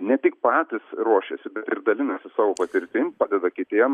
ne tik patys ruošiasi bet ir dalinasi savo patirtim padeda kitiem